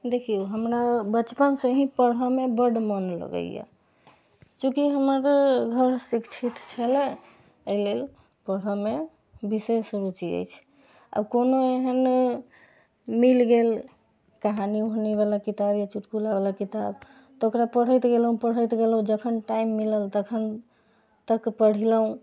देखियौ हमरा बचपन से ही पढ़ए मे बड मोन लगैया चुकी हमर घर शिक्षित छलए एहिलेल पढ़ए मे विशेष रूचि अछि आ कोनो एहन मिल गेल कहानी वहानी वला किताब या चुटकुला वला किताब त ओकरा पढ़ैत गेलहुॅं पढ़ैत गेलहुॅं जखन टाइम मिलल तखन तक पढ़लहुॅं